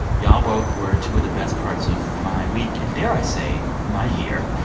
y'all both were two of the best parts of my week and, dare i say, my year,